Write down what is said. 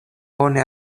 oni